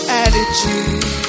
attitude